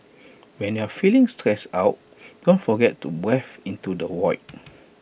when you are feeling stressed out don't forget to breathe into the void